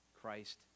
Christ